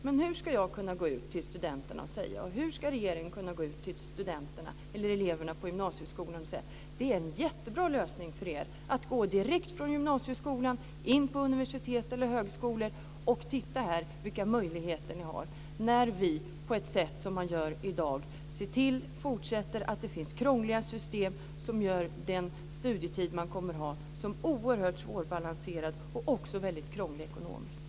Men hur ska jag kunna gå ut till studenterna och regeringen gå ut till eleverna på gymnasieskolan och säga att det är en jättebra lösning för dem att gå direkt från gymnasieskolan in på universitet eller högskolor för se vilka möjligheter de har, när vi på det sätt som görs i dag ser till att det fortfarande finns krångliga system som gör att deras studietid blir oerhört svårbalanserad och också ekonomiskt väldigt krånglig?